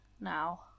now